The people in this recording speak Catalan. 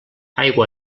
aigua